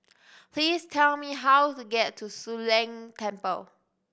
please tell me how to get to Soon Leng Temple